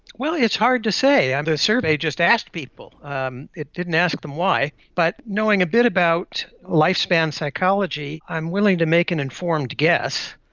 well, it's hard to say. the and survey just asked people, um it didn't ask them why. but knowing a bit about lifespan psychology, i'm willing to make an informed guess.